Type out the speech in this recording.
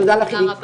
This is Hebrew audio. תודה לך, עידית.